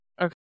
Okay